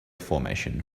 formation